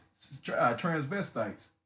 transvestites